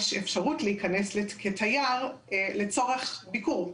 יש אפשרות להיכנס כתייר לצורך ביקור.